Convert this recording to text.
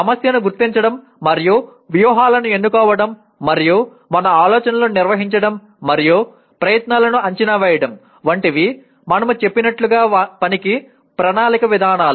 సమస్యను గుర్తించడం మరియు వ్యూహాలను ఎన్నుకోవడం మరియు మన ఆలోచనలను నిర్వహించడం మరియు ఫలితాలను అంచనా వేయడం వంటివి మనము చెప్పినట్లుగా పనికి ప్రణాళిక విధానాలు